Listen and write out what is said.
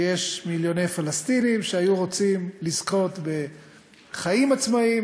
ויש מיליוני פלסטינים שהיו רוצים לזכות בחיים עצמאיים.